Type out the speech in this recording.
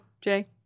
Jay